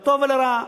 לטוב ולרע.